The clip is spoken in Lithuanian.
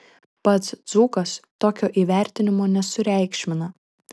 pats dzūkas tokio įvertinimo nesureikšmina